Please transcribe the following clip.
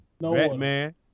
Batman